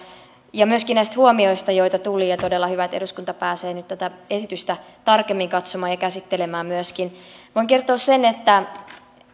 ja myöskin näistä huomioista joita tuli todella hyvä että eduskunta pääsee nyt tätä esitystä tarkemmin katsomaan ja myöskin käsittelemään voin kertoa sen että